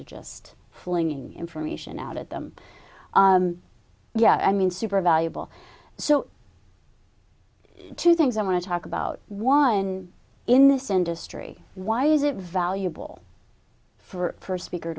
to just flinging information out at them yeah i mean super valuable so two things i want to talk about wine in this industry why is it valuable for a speaker